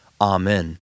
Amen